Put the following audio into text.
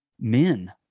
men